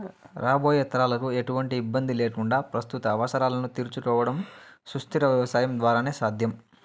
రాబోయే తరాలకు ఎటువంటి ఇబ్బంది లేకుండా ప్రస్తుత అవసరాలను తీర్చుకోవడం సుస్థిర వ్యవసాయం ద్వారానే సాధ్యం